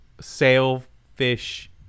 sailfish